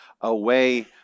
away